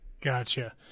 Gotcha